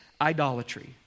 idolatry